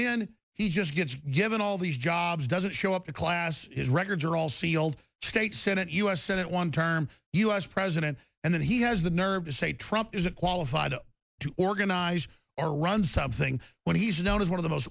then he just gets given all these jobs doesn't show up in class his records are all sealed state senate u s senate one term u s president and then he has the nerve to say trump isn't qualified to organize or run something when he's known as one of the most